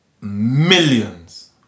millions